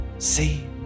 See